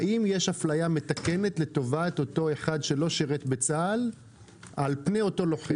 האם יש אפלייה מתקנת לטובת אותו אחד שלא שירת בצה"ל על פני אותו לוחם?